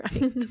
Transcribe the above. Right